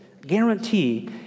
guarantee